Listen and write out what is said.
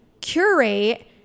curate